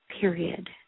period